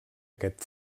aquest